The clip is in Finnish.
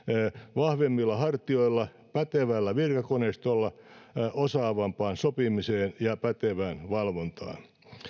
vahvemmilla hartioilla ja pätevällä virkakoneistolla osaavampaan sopimiseen ja pätevään valvontaan